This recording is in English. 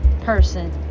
person